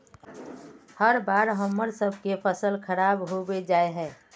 हर बार हम्मर सबके फसल खराब होबे जाए है?